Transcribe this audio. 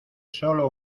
solo